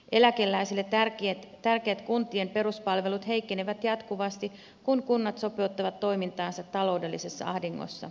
eläkeläisille tärkeät kuntien peruspalvelut heikkenevät jatkuvasti kun kunnat sopeuttavat toimintaansa taloudellisessa ahdingossa